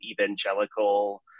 evangelical